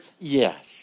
Yes